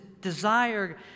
desire